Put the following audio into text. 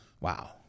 Wow